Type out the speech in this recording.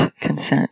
consent